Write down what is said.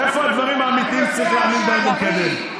איפה הדברים האמיתיים שצריך להאמין בהם ולקדם?